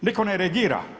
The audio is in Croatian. Nitko ne reagira.